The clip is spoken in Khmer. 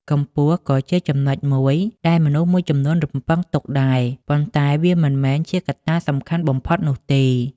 កម្ពស់ក៏ជាចំណុចមួយដែលមនុស្សមួយចំនួនរំពឹងទុកដែរ ប៉ុន្តែវាមិនមែនជាកត្តាសំខាន់បំផុតនោះទេ។